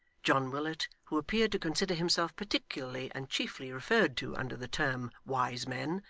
john willet, who appeared to consider himself particularly and chiefly referred to under the term wise men,